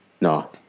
No